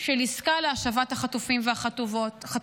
של עסקה להשבת החטופים והחטופות.